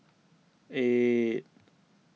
eight